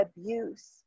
abuse